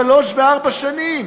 שלוש וארבע שנים.